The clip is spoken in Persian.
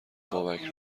بابک